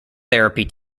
therapy